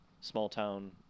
small-town